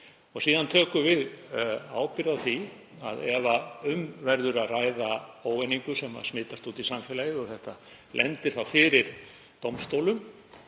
Síðan tökum við ábyrgð á því ef um verður að ræða óeiningu sem smitast út í samfélagið og þetta lendir þá fyrir dómstólum,